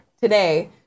today